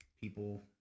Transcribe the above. people